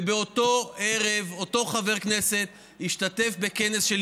ובאותו ערב אותו חבר כנסת השתתף בכנס של